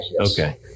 Okay